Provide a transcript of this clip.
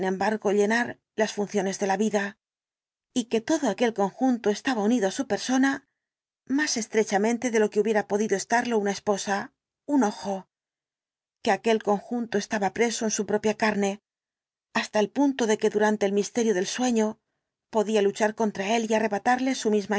embargo llenar las funciones de la vida y que todo aquel conjunto estaba unido á su persona más estrechamente de lo que hubiera podido estarlo una esposa un ojo que aquel conjunto estaba preso en su propia carne hasta el punto de que durante el misterio del sueño podía luchar contra él y arrebatarle su